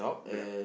yeah